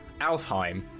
Alfheim